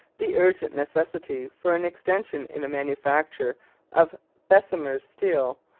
the urgent necessity for an extension in the manufacture of bessemer steel,